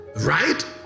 right